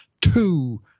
two